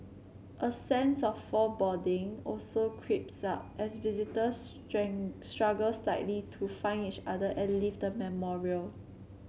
a sense of foreboding also creeps up as visitors struggle slightly to find each other and leave the memorial